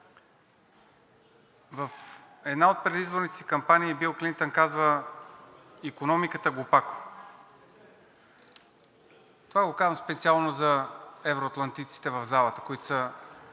в една от предизборните си кампании Бил Клинтън казва: „Икономиката, глупако!“ Това го казвам специално за евроатлантиците в залата, които